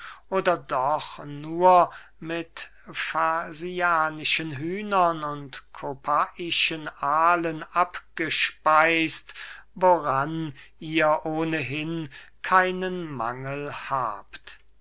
oder doch nur mit fasianischen hühnern und kopaischen aalen abgespeist woran ihr ohnehin keinen mangel habt